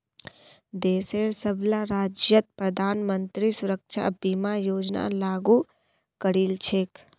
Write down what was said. देशेर सबला राज्यत प्रधानमंत्री सुरक्षा बीमा योजना लागू करील छेक